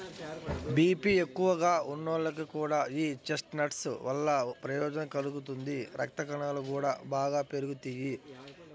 BP ఎక్కువగా ఉన్నోళ్లకి కూడా యీ చెస్ట్నట్స్ వల్ల ప్రయోజనం కలుగుతుంది, రక్తకణాలు గూడా బాగా పెరుగుతియ్యి